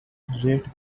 rate